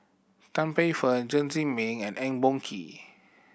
Tan Paey Fern Chen Zhiming and Eng Boh Kee